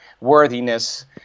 worthiness